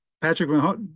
Patrick